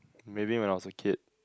maybe when I was a kid